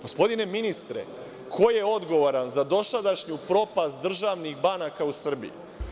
Gospodine ministre, ko je odgovoran za dosadašnju propast državnih banaka u Srbiji?